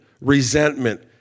resentment